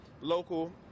local